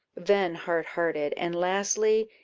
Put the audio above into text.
then hard-hearted, and lastly,